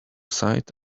sight